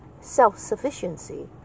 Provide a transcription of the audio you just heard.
self-sufficiency